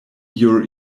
your